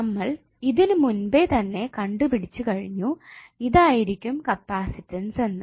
നമ്മൾ ഇതിനുമുൻപേ തന്നെ കണ്ടുപിടിച്ചു കഴിഞ്ഞു ഇതായിരിക്കും കപ്പാസിറ്റൻസ് എന്ന്